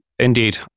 Indeed